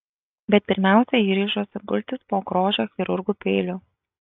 bet pirmiausia ji ryžosi gultis po grožio chirurgų peiliu